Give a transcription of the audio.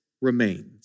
remains